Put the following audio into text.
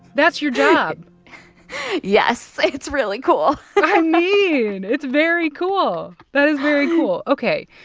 that's your job yes, like it's really cool i mean, it's very cool. that is very cool. ok.